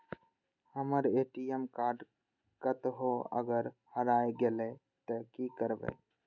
हमर ATM card कतहो अगर हेराय गले ते की करबे?